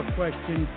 question